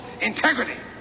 integrity